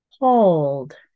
hold